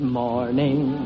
morning